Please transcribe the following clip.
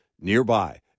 nearby